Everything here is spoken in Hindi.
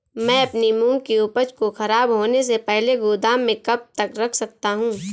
मैं अपनी मूंग की उपज को ख़राब होने से पहले गोदाम में कब तक रख सकता हूँ?